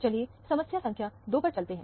चलिए समस्या संख्या दो पर चलते हैं